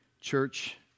church